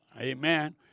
Amen